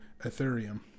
Ethereum